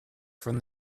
from